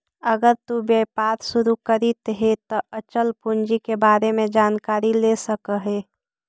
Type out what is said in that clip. अगर तु व्यापार शुरू करित हे त अचल पूंजी के बारे में जानकारी ले सकऽ हे